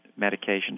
medications